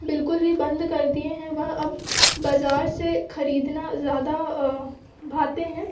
बिल्कुल ही बंद कर दिए हैं वह अब बज़ार से ख़रीदना ज़्यादा भाते हैं